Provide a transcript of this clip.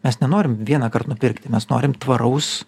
mes nenorim vienąkart nupirkti mes norim tvaraus